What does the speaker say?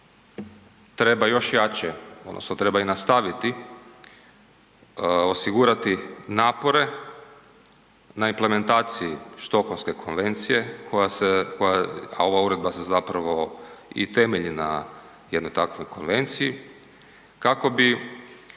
treba još jače odnosno treba nastaviti osigurati napore na implementaciji štokholmske konvencija, a ova uredba se zapravo i temelji na jednoj takvoj konvenciji kako bi